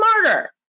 smarter